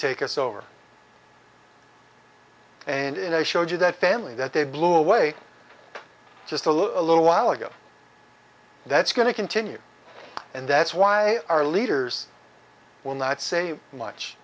take us over and i showed you that family that they blew away just a little while ago that's going to continue and that's why our leaders will not say much